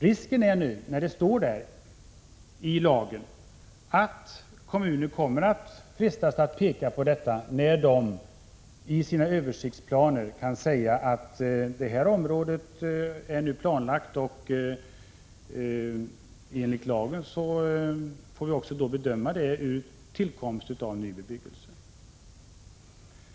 Risken är nu, när detta står i lagen, att kommuner kommer att frestas att peka härpå då de i sina översiktsplaner kan säga att det och det området är nu planlagt, och enligt lagen får vi också bedöma saken med hänsyn till tillkomsten av ny bebyggelse.